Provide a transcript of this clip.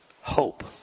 hope